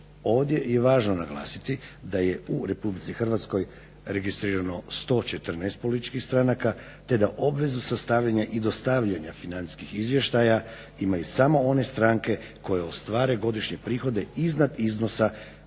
ovdje je važno naglasiti da je u Republici Hrvatskoj registrirano 114 političkih stranaka te da obvezu sastavljanja i dostavljanja financijskih izvještaja imaju samo one stranke koje ostvare godišnje prihode iznad iznosa